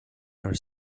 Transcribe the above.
are